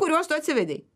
kuriuos tu atsivedei